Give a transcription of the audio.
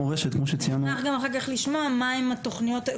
נשמח גם אחר כך לשמוע מהן התכניות,